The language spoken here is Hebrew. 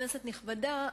כנסת נכבדה,